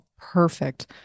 perfect